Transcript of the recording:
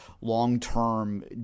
long-term